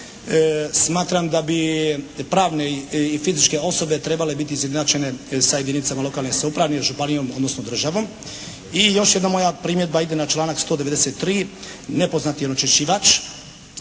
Smatram da bi pravne i fizičke osobe trebale biti izjednačene sa jedinicama lokalne samouprave, županijom, odnosno državom i još jedna moja primjedba ide na članak 193. nepoznati onečišćivač.